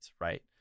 right